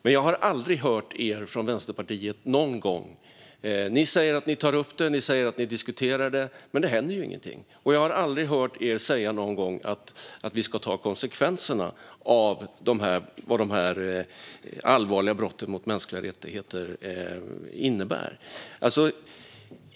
Men jag har aldrig hört er från Vänsterpartiet säga att "vi ska ta konsekvenserna av vad de allvarliga brotten mot mänskliga rättigheter innebär". Ni säger att ni tar upp det och att ni diskuterar det. Men det händer ingenting.